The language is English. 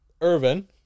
Irvin